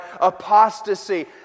apostasy